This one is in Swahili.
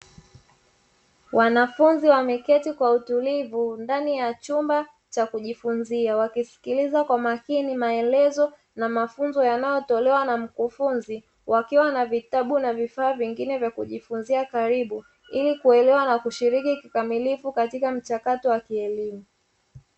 Wanafunzi wameketi kwa utulivu ndani ya chumba cha kujifunzia wakisikiliza kwa makini maelezo ya mafunzo yanayotolewa na mkufunzi wakiwa na vitabu, na vifaa vingine vya kujifunzia karibu ili kuelewa na kushiriki kikamilifu katika mchakato wa kielemu.